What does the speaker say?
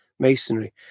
Masonry